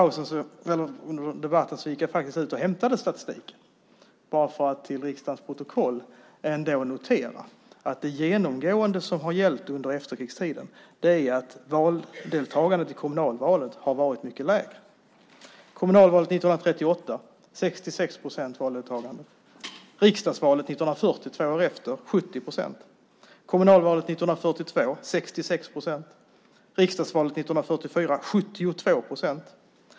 Under debatten gick jag ut och hämtade statistik för att få noterat i riksdagens protokoll att valdeltagandet i kommunalvalet genomgående har varit mycket lägre under efterkrigstiden. I kommunalvalet 1938 var deltagandet 66 procent. I riksdagsvalet två år senare, 1940, var det 70 procent. I kommunalvalet 1942 var deltagandet 66 procent, och i riksdagsvalet 1944 var det 72 procent.